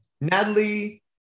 Natalie